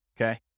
Okay